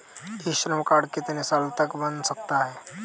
ई Shram card कितने साल तक बन सकता है?